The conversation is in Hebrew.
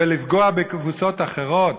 ולפגוע בקבוצות אחרות?